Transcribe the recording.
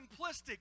simplistic